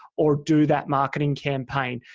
or do that marketing campaign.